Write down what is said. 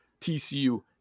TCU